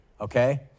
okay